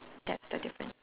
that's the difference